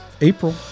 April